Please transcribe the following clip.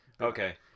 Okay